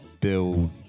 build